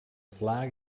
flag